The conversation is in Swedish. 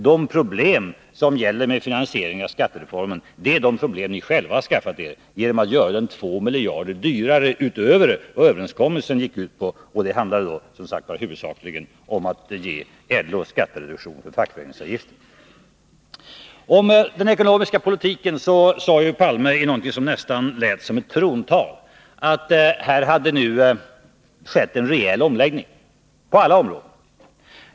De problem som gäller finansieringen av skattereformen har ni själva skaffat er genom att göra den 2 miljarder dyrare än vad överenskommelsen gick ut på, och det handlade då som sagt huvudsakligen om att ge LO skattereduktion för fackföreningsavgiften. Om den ekonomiska politiken sade herr Palme, i något som nästan lät som ett trontal, att det nu hade skett en rejäl omläggning på alla områden.